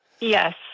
Yes